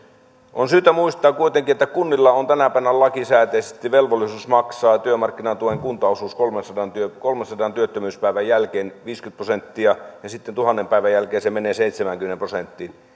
on syytä muistaa kuitenkin että kunnilla on tänä päivänä lakisääteisesti velvollisuus maksaa työmarkkinatuen kuntaosuus kolmensadan työttömyyspäivän jälkeen viisikymmentä prosenttia ja sitten tuhannen päivän jälkeen se menee seitsemäänkymmeneen prosenttiin